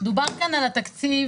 דובר כאן על התקציב,